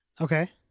Okay